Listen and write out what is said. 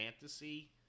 fantasy